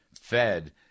Fed